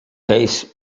case